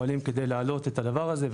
פועלים כדי להעלות את הדבר הזה,